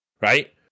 Right